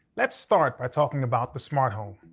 let's start by talking about the smart home.